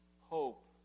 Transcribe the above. hope